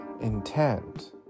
intent